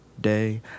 day